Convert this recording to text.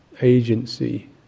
agency